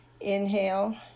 inhale